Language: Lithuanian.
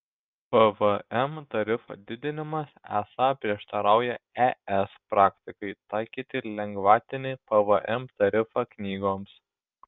pvm tarifo didinimas esą prieštarauja es praktikai taikyti lengvatinį pvm tarifą knygoms